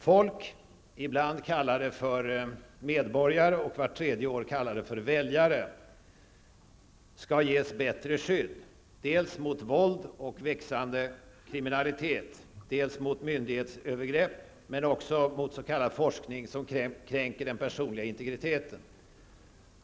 Folk, ibland kallade för medborgare och vart tredje år kallade för väljare, skall ges bättre skydd, dels mot våld och växande kriminalitet, dels mot myndighetsövergrepp men också mot s.k. forskning som kränker den personliga integriteten.